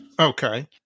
Okay